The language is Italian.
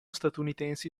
statunitensi